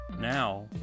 Now